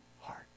heart